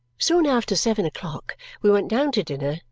soon after seven o'clock we went down to dinner,